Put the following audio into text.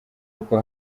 uko